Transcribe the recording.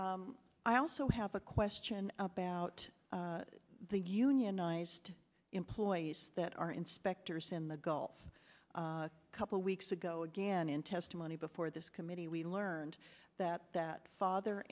you i also have a question about the unionized employees that are inspectors in the gulf couple weeks ago again in testimony before this committee we learned that that father